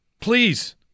Please